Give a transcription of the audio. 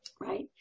Right